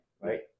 right